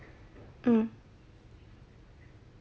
mm